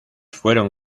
fueron